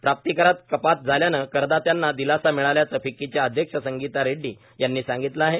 प्राप्तिकरात कपात झाल्यानं करदात्यांना दिलासा मिळाल्याचं फिक्कीच्या अध्यक्ष संगिता रेड्डी यांनी सांगितलं आहे